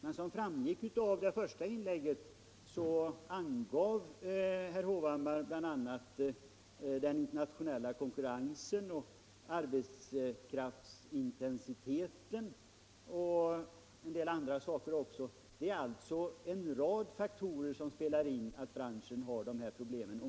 I sitt första inlägg anförde emellertid herr Hovhammar den internationella konkurrensen, arbetskraftsintensiteten och en del andra faktorer som orsaker till branschens problem.